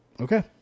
Okay